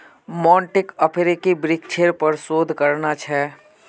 मोंटीक अफ्रीकी वृक्षेर पर शोध करना छ